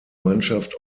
mannschaft